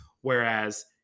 whereas